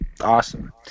Awesome